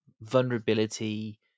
vulnerability